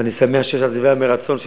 ואני שמח שיש עזיבה מרצון.